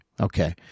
Okay